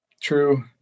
True